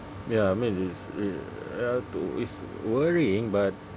ya I mean it's it ya to it's worrying but